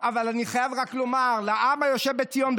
אבל אני חייב רק לומר לעם היושב בציון,